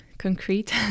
concrete